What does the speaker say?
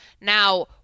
Now